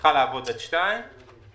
שצריכה לעבוד עד 2:00